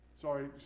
Sorry